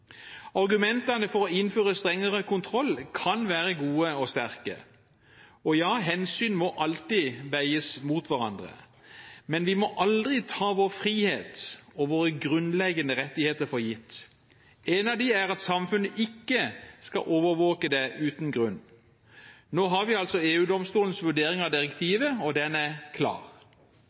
Argumentene for å innføre strengere kontroll kan være gode og sterke. Og ja, hensyn må alltid veies mot hverandre. Men vi må aldri ta vår frihet og våre grunnleggende rettigheter for gitt. En av dem er at samfunnet ikke skal overvåke oss uten grunn. Nå har vi altså EU-domstolens vurdering av direktivet. Den er klar.